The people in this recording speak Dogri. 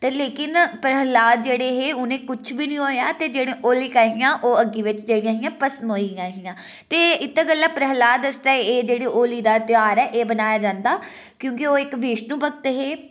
ते लेकिन प्रह्लाद जेह्ड़े हे उ'नें कुछ बी निं होया ते जेह्ड़े होलिका हियां ओह् अग्गी बिच जेह्ड़ियां हियां भस्म होइयां हियां ते इत्तै गल्ला प्रह्लाद आस्तै एह् जेह्ड़ी होली दा ध्यार ऐ एह् बनाया जंदा क्योंकि ओह् इक विष्णु भगत हे